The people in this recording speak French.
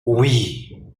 oui